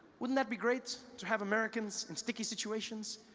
wouldn't that be great to have americans in sticky situations?